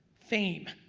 fame